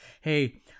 Hey